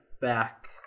back